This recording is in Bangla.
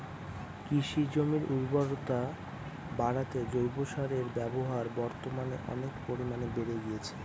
কৃষিজমির উর্বরতা বাড়াতে জৈব সারের ব্যবহার বর্তমানে অনেক পরিমানে বেড়ে গিয়েছে